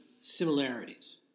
similarities